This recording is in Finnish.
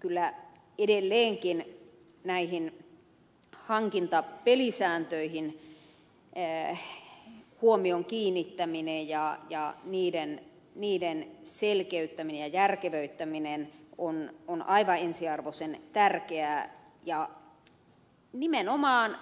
kyllä edelleenkin näihin hankintapelisääntöihin huomion kiinnittäminen ja niiden selkeyttäminen ja järkevöittäminen on aivan ensiarvoisen tärkeää ja nimenomaan